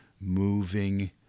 moving